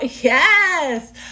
yes